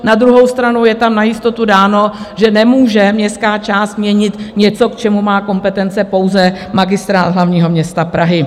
Na druhou stranu je tam na jistotu dáno, že nemůže městská část měnit něco, k čemu má kompetence pouze Magistrát hlavního města Prahy.